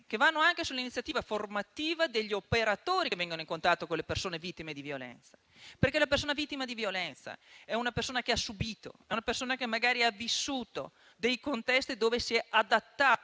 che vertono sull'iniziativa formativa degli operatori che vengono in contatto con le persone vittime di violenza, perché la persona vittima di violenza ha subito, magari ha vissuto, dei contesti dove si è adattata